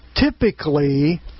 typically